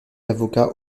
avocat